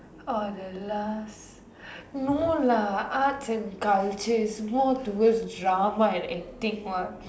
orh there last no lah arts in culture is more towards drama and acting what